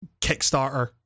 Kickstarter